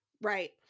Right